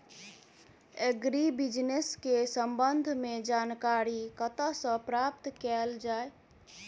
Agri business केँ संबंध मे जानकारी कतह सऽ प्राप्त कैल जाए?